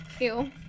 Ew